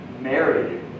married